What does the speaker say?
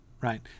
Right